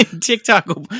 TikTok